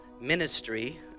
ministry